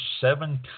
seven